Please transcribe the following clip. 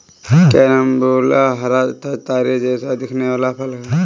carambola हरा तथा तारे जैसा दिखने वाला फल है